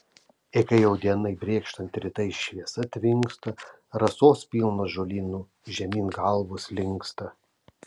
ė kai jau dienai brėkštant rytai šviesa tvinksta rasos pilnos žolynų žemyn galvos linksta